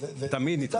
תמיד.